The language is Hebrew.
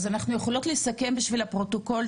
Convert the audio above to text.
אז האם אנחנו יכולות לסכם בשביל הפרוטוקול,